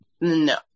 no